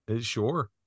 Sure